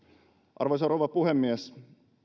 arvoisa rouva puhemies